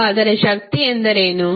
ಹಾಗಾದರೆ ಶಕ್ತಿ ಎಂದರೇನು